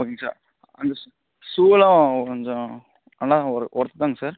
ஓகேங்க சார் அந்த ஷூ ஷூவெல்லாம் கொஞ்சம் நல்லா ஒரு ஒர்த்துதாங்க சார்